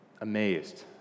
amazed